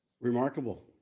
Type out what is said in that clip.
Remarkable